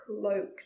cloaked